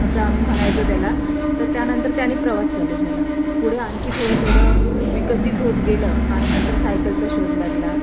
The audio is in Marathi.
असं आम्ही म्हणायचो त्याला तर त्यानंतर त्याने प्रवास चालू झाला पुढे आणखी थोडं थोडं विकसित होत गेलं आणि नंतर सायकलचा शोध लागला